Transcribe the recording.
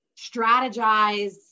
strategize